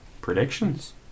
predictions